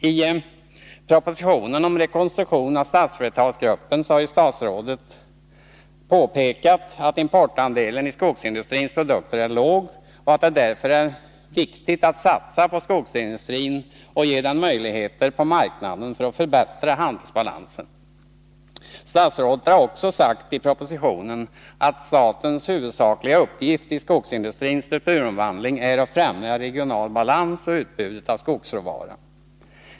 I propositionen om en rekonstruktion av Statsföretagsgruppen har statsrådet påpekat att importandelen i fråga om skogsindustrins produkter är låg och att det därför är viktigt att satsa på skogsindustrin och att ge den möjligheter på marknaden så att handelsbalansen kan förbättras. Statsrådet har också sagt i propositionen att statens huvudsakliga uppgift när det gäller skogsindustrins strukturomvandling är att främja regional balans och utbudet av skogsråvara.